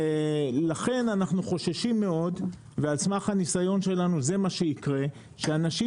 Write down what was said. לכן אנחנו חוששים מאוד - ועל סמך הניסיון שלנו זה מה שיקרה שאנשים